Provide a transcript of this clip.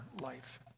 life